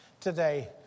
today